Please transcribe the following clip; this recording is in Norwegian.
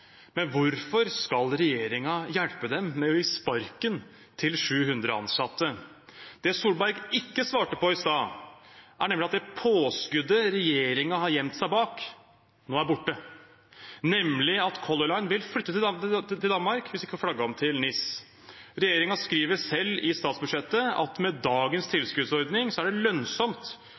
Men hvorfor skal regjeringen hjelpe dem med å gi sparken til 700 ansatte? Det Solberg ikke svarte på i stad, er nemlig at det påskuddet regjeringen har gjemt seg bak, nå er borte, nemlig at Color Line vil flytte til Danmark hvis de ikke får flagget om til NIS. Regjeringen skriver selv i statsbudsjettet at med dagens tilskuddsordning er det lønnsomt